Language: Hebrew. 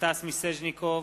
סטס מיסז'ניקוב,